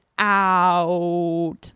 out